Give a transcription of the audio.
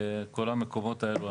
כל המקורות האלה,